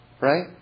Right